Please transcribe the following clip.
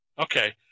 Okay